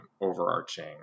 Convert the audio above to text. overarching